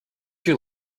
you